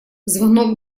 звонок